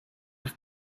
have